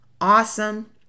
awesome